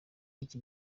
iki